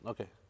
Okay